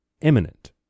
imminent